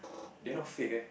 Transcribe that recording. they not fake eh